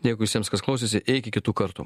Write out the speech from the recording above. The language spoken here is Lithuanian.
dėkui visiems kas klausėsi iki kitų kartų